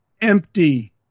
empty